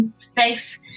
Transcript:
safe